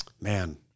Man